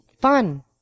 fun